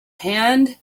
hand